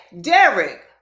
Derek